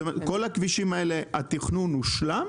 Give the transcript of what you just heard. בכל הכבישים האלה התכנון הושלם?